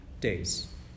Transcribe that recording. days